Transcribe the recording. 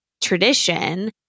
tradition